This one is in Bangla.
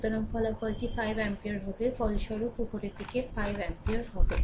সুতরাং ফলাফলটি 5 অ্যাম্পিয়ার হবে ফলস্বরূপ উপরের দিকে 5 অ্যাম্পিয়ার হবে